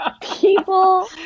people